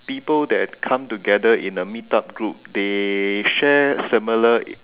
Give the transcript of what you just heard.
people that come together in a meet up group they share similar